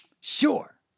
sure